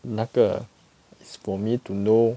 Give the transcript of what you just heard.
那个 is for me to know